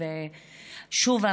האזרחים הערבים שחוברים